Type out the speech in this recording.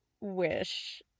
wish